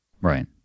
right